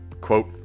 Quote